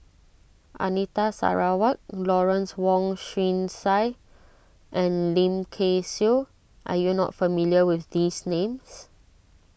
Anita Sarawak Lawrence Wong Shyun Tsai and Lim Kay Siu are you not familiar with these names